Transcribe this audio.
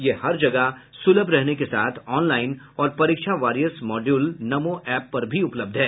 यह हर जगह सुलभ रहने के साथ ऑनलाइन और परीक्षा वारियर्स मॉड्यूल नमो ऐप पर भी उपलब्ध है